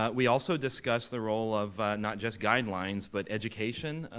ah we also discussed the role of not just guidelines, but education,